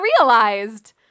realized